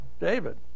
David